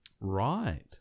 Right